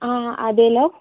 ആ അതെ അല്ലോ